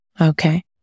Okay